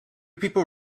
people